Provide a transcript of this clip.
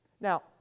Now